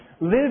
Live